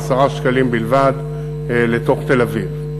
ו-10 שקלים בלבד לתוך תל-אביב.